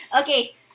Okay